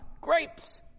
grapes